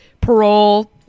parole